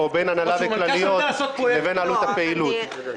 בין הנהלה וכלליות ובין עלות הפעילות.